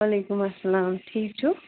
وعلیکُم اسلام ٹھیٖک چھُو